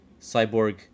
Cyborg